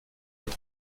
und